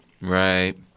Right